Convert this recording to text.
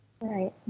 Right